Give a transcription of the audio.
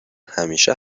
همیشه